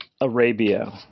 Arabia